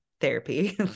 therapy